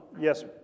Yes